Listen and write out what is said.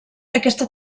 aquesta